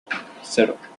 cero